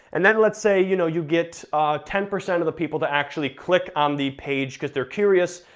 and then let's say you know you get ten percent of the people that actually click on the page cause they're curious,